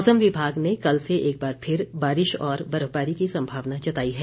मौसम विभाग ने कल से एक बार फिर बारिश बर्फबारी की संभावना जताई है